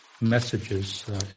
messages